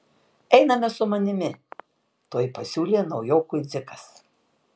einame su manimi tuoj pasiūlė naujokui dzikas